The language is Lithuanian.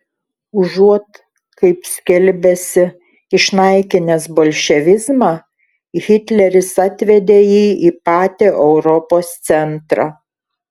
užuot kaip skelbėsi išnaikinęs bolševizmą hitleris atvedė jį į patį europos centrą